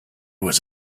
was